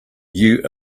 you